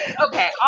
Okay